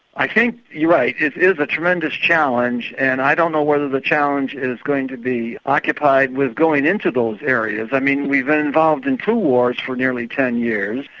i think you're right, it is a tremendous challenge, and i don't know whether the challenge is going to be occupied with going into those areas. i mean, we've been involved in two wars for nearly ten years,